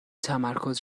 تمرکز